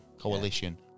Coalition